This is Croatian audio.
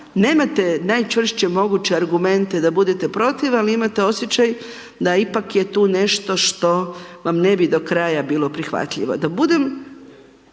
nemate najčvršće moguće argument da budete protiv ali imate osjećaj da ipak je tu nešto što vam ne bi do kraja bilo prihvatljivo.